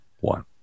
one